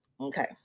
okay